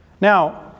Now